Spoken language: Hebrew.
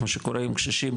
כמו שקורה עם קשישים,